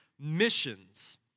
Missions